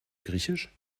griechisch